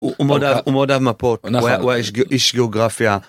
הוא מאוד מאוד אהב מפות, הוא היה איש גיאוגרפיה